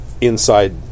Inside